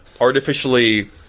artificially